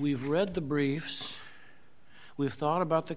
we've read the briefs we've thought about the